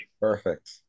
Perfect